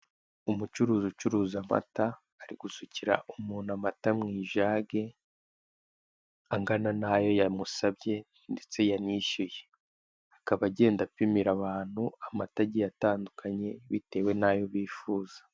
Umucuruzi ucuruza amata ari gusukira umuntu amata mu ijage, angana n'ayo yamusabye, ndetse yamwishyuye akaba agenda apimira abantu amata agiye atandukanye btewe n'ayo bfuza.